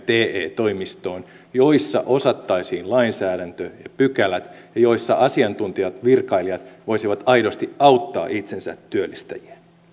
te toimistoon joissa osattaisiin lainsäädäntö ja pykälät ja joissa asiantuntijat virkailijat voisivat aidosti auttaa itsensätyöllistäjiä